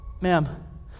Ma'am